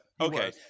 Okay